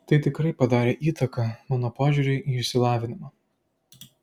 tai tikrai padarė įtaką mano požiūriui į išsilavinimą